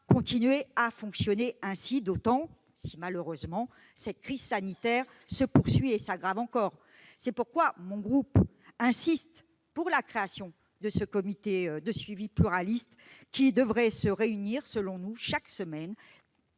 continuer à fonctionner ainsi, surtout si, malheureusement, cette crise sanitaire devait se poursuivre et s'aggraver encore. C'est pourquoi mon groupe insiste sur la création de ce comité de suivi pluraliste, qui devrait se réunir, selon nous, chaque semaine